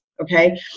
Okay